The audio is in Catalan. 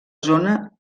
zona